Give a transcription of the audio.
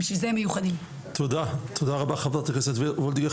תודה רבה חברת הכנסת וולדיגר.